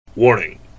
Warning